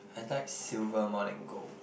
I like silver more than gold